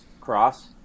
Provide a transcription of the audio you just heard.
cross